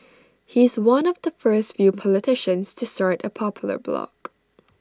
he's one of the first few politicians to start A popular blog